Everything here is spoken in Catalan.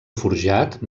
forjat